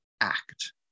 act